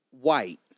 white